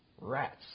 rats